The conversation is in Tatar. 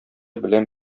белән